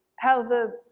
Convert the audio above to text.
how the,